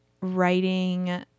writing